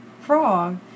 frog